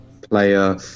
player